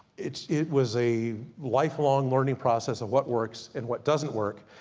it it was a life long learning process of what works, and what doesn't work.